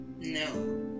No